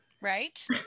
Right